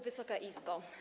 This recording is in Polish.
Wysoka Izbo!